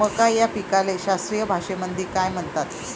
मका या पिकाले शास्त्रीय भाषेमंदी काय म्हणतात?